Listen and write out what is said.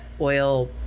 oil